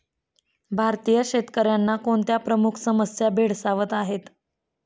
भारतीय शेतकऱ्यांना कोणत्या प्रमुख समस्या भेडसावत आहेत?